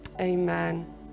amen